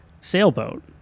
sailboat